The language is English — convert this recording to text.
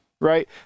Right